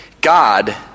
God